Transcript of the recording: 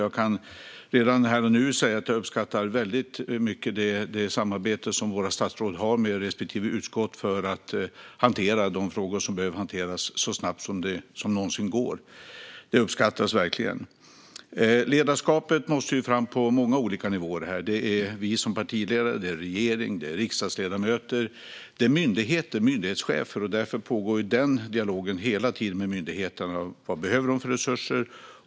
Jag kan redan här och nu säga att jag uppskattar väldigt mycket det samarbete som våra statsråd har med respektive utskott för att hantera de frågor som behöver hanteras så snabbt som det någonsin går. Det uppskattas verkligen. Ledarskapet måste fram på många olika nivåer. Det är vi som partiledare. Det är regering. Det är riksdagsledamöter. Det är myndigheter och myndighetschefer. Det pågår hela tiden en dialog med myndigheterna. Vad behöver de för resurser?